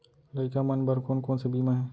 लइका मन बर कोन कोन से बीमा हे?